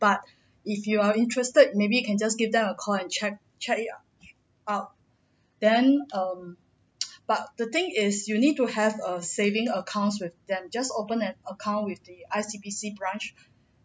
but if you are interested maybe you can just give them a call and check check it o~ out then um but the thing is you need to have a saving accounts with them just open an account with the I_C_B_C branch